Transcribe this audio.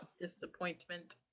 disappointment